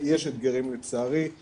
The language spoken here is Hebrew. אנחנו פשוט צריכים לסיים תוך רבע שעה,